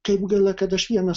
kaip gaila kad aš vienas